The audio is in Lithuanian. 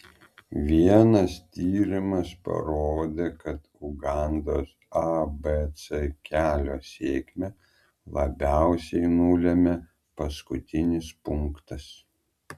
vienas tyrimas parodė kad ugandos abc kelio sėkmę labiausiai nulėmė paskutinis punktas